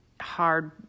hard